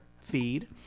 Feed